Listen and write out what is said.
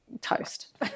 toast